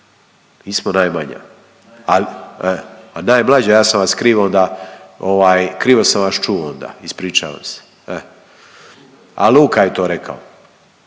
nismo najmanja. A najmlađa, ja sam vas krivo onda, ovaj krivo sam vas čuo onda. Ispričavam se. A Luka je to rekao.